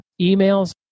emails